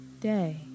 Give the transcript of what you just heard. day